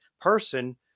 person